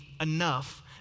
enough